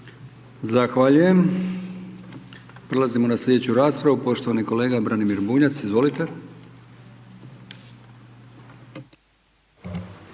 Zahvaljujem. Prelazimo na slijedeću raspravu, poštovani kolega Branimir Bunjac, izvolite.